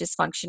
dysfunction